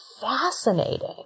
fascinating